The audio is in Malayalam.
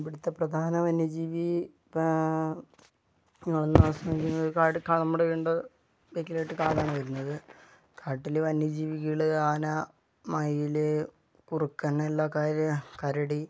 ഇവിടുത്തെ പ്രധാന വന്യജീവി കാട് നമ്മുടെ വീടിൻ്റെ ബാക്കിലായിട്ട് കാടാണ് വരുന്നത് കാട്ടില് വന്യജീവികള് ആന മയില് കുറുക്കനെല്ലാ കാര്യം കരടി